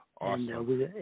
Awesome